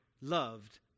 loved